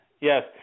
Yes